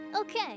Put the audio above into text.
Okay